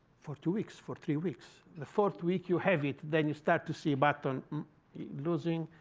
for two weeks, for three weeks. the fourth week you have it, then you start to see button losing,